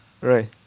Right